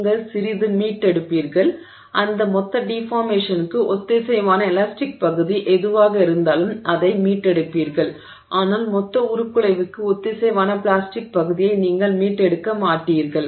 நீங்கள் சிறிது மீட்டெடுப்பீர்கள் அந்த மொத்த டிஃபார்மேஷன்க்கு ஒத்திசைவான எலாஸ்டிக் பகுதி எதுவாக இருந்தாலும் அதை மீட்டெடுப்பீர்கள் ஆனால் மொத்த உருக்குலைவுக்கு ஒத்திசைவான பிளாஸ்டிக் பகுதியை நீங்கள் மீட்டெடுக்க மாட்டீர்கள்